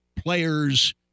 Players